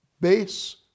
base